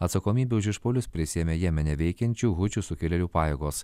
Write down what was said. atsakomybę už išpuolius prisiėmė jemene veikiančių hučių sukilėlių pajėgos